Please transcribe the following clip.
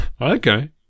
Okay